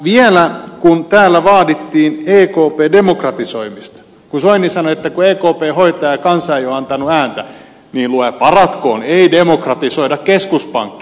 vielä kun täällä vaadittiin ekpn demokratisoimista kun soini sanoi että ekp hoitaa ja kansa ei ole antanut ääntä niin luoja paratkoon ei demokratisoida keskuspankkia